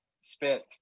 spent